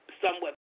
somewhat